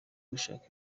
gushaka